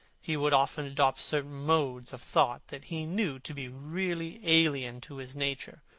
he would often adopt certain modes of thought that he knew to be really alien to his nature,